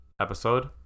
episode